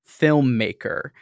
filmmaker –